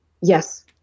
yes